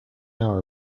hour